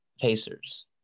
Pacers